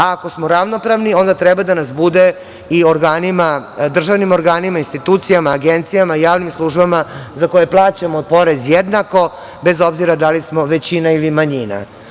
Ako smo ravnopravni, onda treba da nas bude i u državnim organima, institucijama, agencijama, javnim službama za koje plaćamo porez jednako, bez obzira da li smo većina ili manjina.